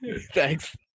Thanks